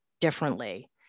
differently